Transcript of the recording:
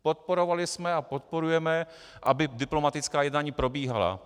Podporovali jsme a podporujeme, aby diplomatická jednání probíhala.